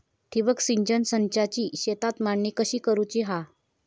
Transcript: ठिबक सिंचन संचाची शेतात मांडणी कशी करुची हा?